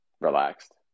relaxed